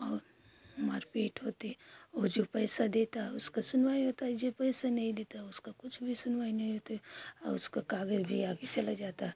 और मार पीट होती है वे जो पैसा देते हैं उसकी सुनवाई होती है जो पैसा नहीं देते हैं उसकी कुछ भी सुनवाई नहीं होती अ उसका काग़ज़ भी आगे चला जाता है